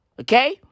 Okay